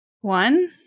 One